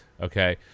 okay